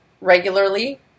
regularly